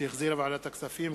שהחזירה ועדת הכספים.